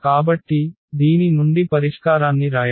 కాబట్టి దీని నుండి పరిష్కారాన్ని రాయడం